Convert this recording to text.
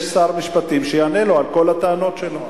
יש שר משפטים שיענה לו על כל הטענות שלו.